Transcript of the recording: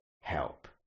help